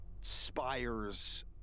spires